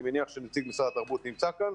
אני מניח שנציג משרד התרבות נמצא כאן.